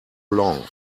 long